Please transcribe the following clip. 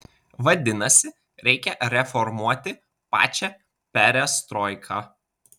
vadinasi reikia reformuoti pačią perestroiką